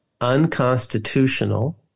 unconstitutional